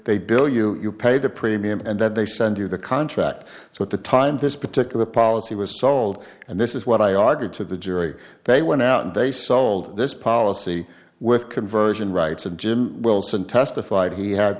they bill you you pay the premium and then they send you the contract so at the time this particular policy was sold and this is what i argued to the jury they went out and they sold this policy with conversion rights and jim wilson testified he had